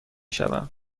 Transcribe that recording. شوم